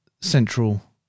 central